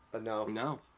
No